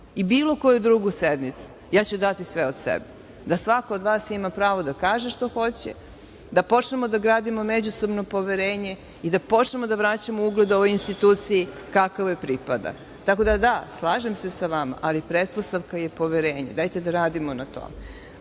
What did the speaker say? i bilo koju drugu sednicu, ja ću dati sve od sebe da svako od vas ima pravo da kaže šta hoće, da počnemo da gradimo međusobno poverenje i da počnemo da vraćamo ugled ovoj instituciji kako joj pripada. Slažem se sa vama, ali pretpostavka je poverenje. Dajte da radimo na